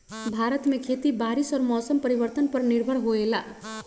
भारत में खेती बारिश और मौसम परिवर्तन पर निर्भर होयला